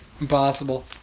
Impossible